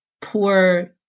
poor